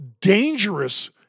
dangerous